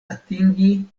atingi